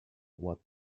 what